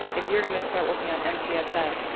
if you're gonna start working on mtss,